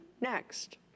next